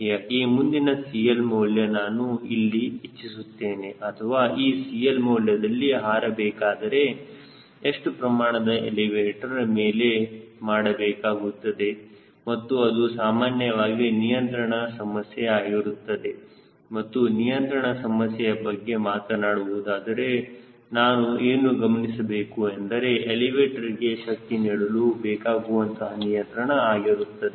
ಹೀಗಾಗಿಮುಂದಿನ CL ಮೌಲ್ಯ ನಾನು ಇಲ್ಲಿ ಇಚ್ಚಿಸುತ್ತೇನೆ ಅಥವಾ ಈ CL ಮೌಲ್ಯದಲ್ಲಿ ಹಾರಬೇಕಾದರೆ ಎಷ್ಟು ಪ್ರಮಾಣದ ಎಲಿವೇಟರ್ ಮೇಲೆ ಮಾಡಬೇಕಾಗುತ್ತದೆ ಮತ್ತು ಅದು ಸಾಮಾನ್ಯವಾಗಿ ನಿಯಂತ್ರಣ ಸಮಸ್ಯೆ ಆಗಿರುತ್ತದೆ ಮತ್ತು ನಿಯಂತ್ರಣ ಸಮಸ್ಯೆಯ ಬಗ್ಗೆ ಮಾತನಾಡುವುದಾದರೆ ನಾನು ಏನು ಗಮನಿಸಬೇಕು ಎಂದರೆ ಎಲಿವೇಟರ್ಗೆ ಶಕ್ತಿ ನೀಡಲು ಬೇಕಾಗುವಂತಹ ನಿಯಂತ್ರಣ ಆಗಿರುತ್ತದೆ